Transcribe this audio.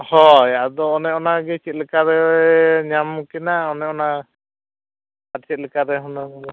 ᱦᱳᱭ ᱟᱫᱚ ᱚᱱᱮ ᱚᱱᱟᱜᱮ ᱪᱮᱫᱞᱮᱠᱟ ᱨᱮ ᱧᱟᱢ ᱠᱤᱱᱟ ᱚᱱᱮ ᱚᱱᱟ ᱪᱮᱫᱞᱮᱠᱟ ᱨᱮ ᱦᱩᱱᱟᱹᱝ ᱫᱚ